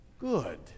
Good